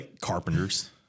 carpenters